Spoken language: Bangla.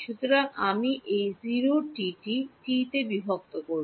সুতরাং আমি এই 0 টি বিভক্ত করব